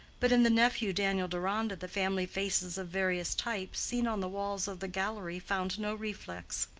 but in the nephew daniel deronda the family faces of various types, seen on the walls of the gallery, found no reflex.